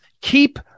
Keep